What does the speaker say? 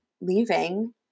leaving